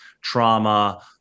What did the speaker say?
trauma